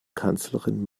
kanzlerin